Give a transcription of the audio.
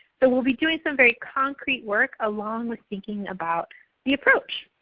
so we'll be doing some very concrete work along with thinking about the approach.